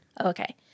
Okay